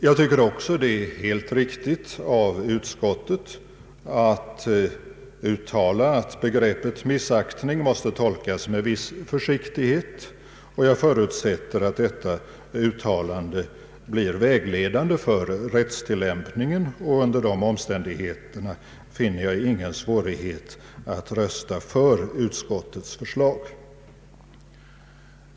Jag tycker det är helt riktigt av utskottet att uttala att begreppet ”missaktning” måste tolkas med viss försiktighet, och jag förutsätter att detta uttalande blir vägledande för rättstilllämpningen. Under de omständigheterna finner jag ingen svårighet att rösta för utskottets förslag.